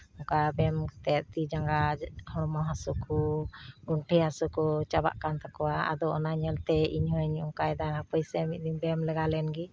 ᱚᱝᱠᱟ ᱵᱮᱭᱟᱢ ᱠᱟᱛᱮᱫ ᱛᱤ ᱡᱟᱸᱜᱟ ᱦᱚᱲᱢᱚ ᱦᱟᱹᱥᱩ ᱠᱚ ᱜᱚᱱᱴᱷᱮ ᱦᱟᱹᱥᱩ ᱠᱚ ᱪᱟᱵᱟᱜ ᱠᱟᱱ ᱛᱟᱠᱚᱣᱟ ᱟᱫᱚ ᱚᱱᱟ ᱧᱮᱞᱛᱮ ᱤᱧᱦᱚᱧ ᱚᱝᱠᱟᱭᱫᱟ ᱦᱟᱯᱳᱭᱥᱮ ᱢᱤᱫ ᱫᱤᱱ ᱵᱮᱭᱟᱢ ᱞᱮᱜᱟ ᱞᱮᱱᱜᱤᱧ